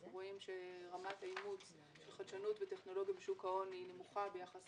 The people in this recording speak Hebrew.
אנחנו רואים שרמת האימוץ של חדשנות וטכנולוגיה בשוק ההון היא נמוכה ביחס